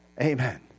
Amen